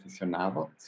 aficionado